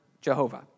Jehovah